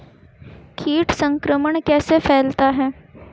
कीट संक्रमण कैसे फैलता है?